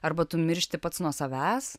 arba tu miršti pats nuo savęs